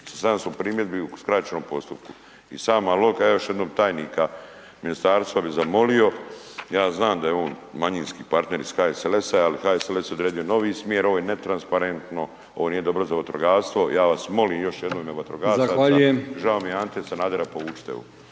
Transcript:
700 primjedbi u skraćenom postupku i sama logika, ja još jednom tajnika ministarstva bi zamolio, ja znam da je on manjinski partner iz HSLS-a, ali HSLS je odredio novi smjer, ovo je netransparentno, ovo nije dobro za vatrogastvo, ja vas molim još jednom u ime vatrogasaca …/Upadica: Zahvaljujem/…žao mi je Ante Sanadera povučite